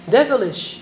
Devilish